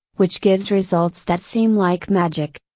which gives results that seem like magic.